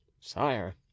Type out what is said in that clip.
Sire